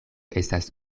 estas